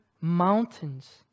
mountains